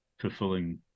fulfilling